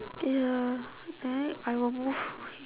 ya then I will move